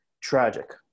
tragic